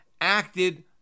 acted